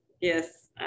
yes